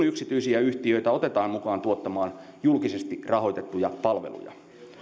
yksityisiä yhtiöitä otetaan mukaan tuottamaan julkisesti rahoitettuja palveluja